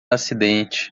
acidente